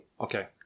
Okay